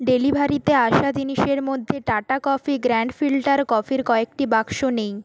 ডেলিভারিতে আসা জিনিসের মধ্যে টাটা কফি গ্র্যান্ড ফিল্টার কফির কয়েকটি বাক্স নেই